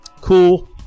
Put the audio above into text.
cool